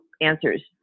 answers